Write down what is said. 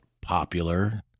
popular